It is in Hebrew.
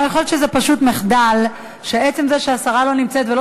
יכול להיות שזה פשוט מחדל שהשרה לא נמצאת ולא